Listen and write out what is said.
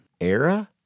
Era